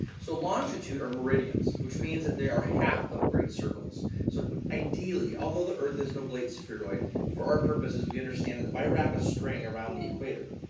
so longitude are meridians, which means that they are half of great circles. so ideally, although the earth is no blade spheroid, for our purposes, we understand that if i wrap a string around the equator,